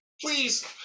Please